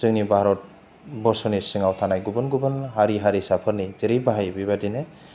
जोंनि भारतबर्षनि सिङाव थानाय गुबुन गुबुन हारि हारिसाफोरनि जेरै बाहायो बेबायदिनो